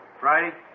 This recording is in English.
Friday